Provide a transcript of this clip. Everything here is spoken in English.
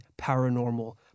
paranormal